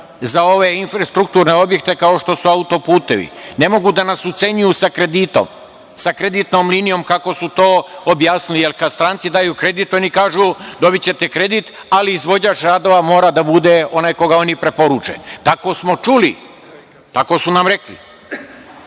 za ove infrastrukturne objekte, kao što su autoputevi. Ne mogu da nas ucenjuju sa kreditom, sa kreditnom linijom kako su to objasnili. Jer, kad stranci daju kredit, oni kažu dobićete kredit, ali izvođač radova mora da bude onaj koga oni preporuče. Tako smo čuli, tako su nam rekli. Znači,